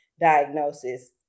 diagnosis